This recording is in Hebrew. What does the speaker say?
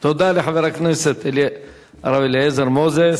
תודה רבה לחבר הכנסת הרב אליעזר מוזס.